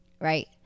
Right